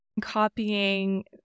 copying